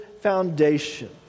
foundation